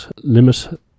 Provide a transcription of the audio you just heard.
limit